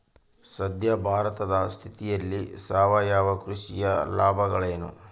ಸದ್ಯ ಭಾರತದ ಸ್ಥಿತಿಯಲ್ಲಿ ಸಾವಯವ ಕೃಷಿಯ ಲಾಭಗಳೇನು?